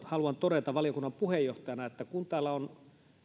haluan todeta valiokunnan puheenjohtajana on se että kun täällä on